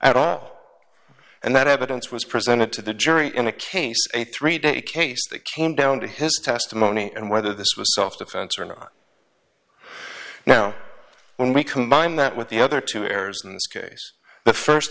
at all and that evidence was presented to the jury in a case a three day case that came down to his testimony and whether this was self defense or nah now when we combine that with the other two